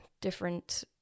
different